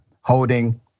holding